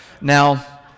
Now